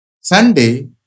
Sunday